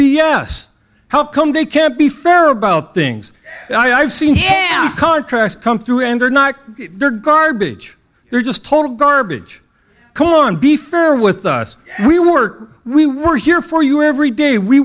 s how come they can't be fair about things i've seen contracts come through and they're not they're garbage they're just total garbage come on be fair with us we were we were here for you every day we